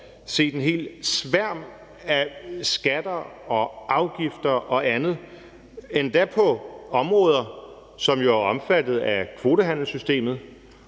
set en hel sværm af skatter og afgifter og andet, endda på områder, som er omfattet af kvotehandelssystemet,